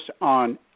on